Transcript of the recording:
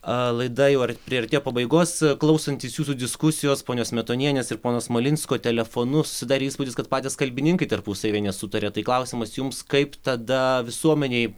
laida jau ar priartėjo pabaigos klausantis jūsų diskusijos ponios smetonienės ir pono smalinsko telefonu susidarė įspūdis kad patys kalbininkai tarpusavyje nesutaria tai klausimas jums kaip tada visuomenei